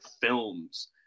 films